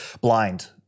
blind